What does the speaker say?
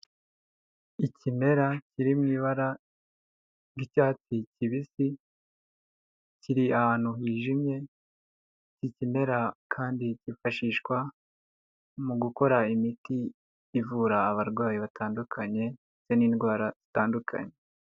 Ikimera kiri mu ibara ry'icyatsi kibisi kiri ahantu hijimye, gikenera kandi hifashishwa mu gukora imiti ivura abarwayi batandukanye ndetse n'indwara zitandukanye.